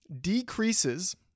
decreases